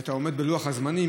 שבה אתה עומד בלוח הזמנים,